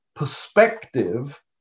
perspective